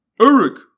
Eric